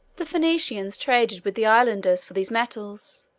the phoenicians traded with the islanders for these metals,